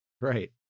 Right